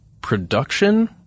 production